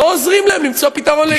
לא עוזרים להם למצוא פתרון לדיור.